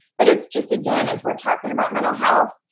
but it's just again, as we're talking about mental health,